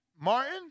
Martin